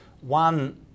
one